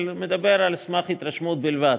מדבר על סמך התרשמות בלבד.